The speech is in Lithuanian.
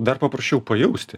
dar paprasčiau pajausti